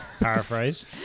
Paraphrase